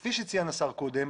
כפי שציין השר קודם,